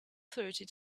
thirty